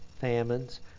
famines